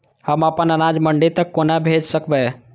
हम अपन अनाज मंडी तक कोना भेज सकबै?